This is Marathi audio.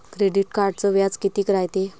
क्रेडिट कार्डचं व्याज कितीक रायते?